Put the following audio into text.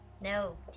No